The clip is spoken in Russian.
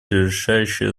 решающее